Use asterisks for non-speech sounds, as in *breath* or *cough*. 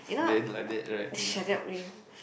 then like that right ya *breath*